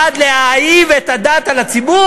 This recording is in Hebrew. שהוא בעד להאהיב את הדת על הציבור,